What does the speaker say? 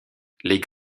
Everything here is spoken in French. les